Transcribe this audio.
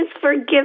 forgive